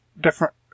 different